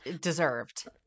deserved